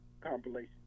compilation